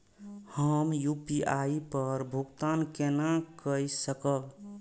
हम यू.पी.आई पर भुगतान केना कई सकब?